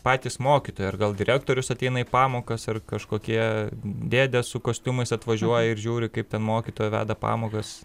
patys mokytojai ar gal direktorius ateina į pamokas ar kažkokie dėdės su kostiumais atvažiuoja ir žiūri kaip ten mokytoja veda pamokas